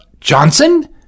Johnson